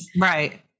Right